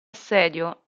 assedio